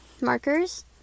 markers